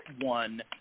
one